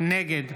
נגד